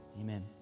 Amen